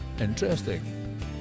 interesting